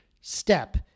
step